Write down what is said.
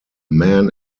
man